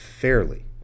fairly